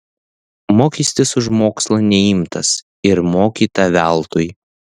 mokestis už mokslą neimtas ir mokyta veltui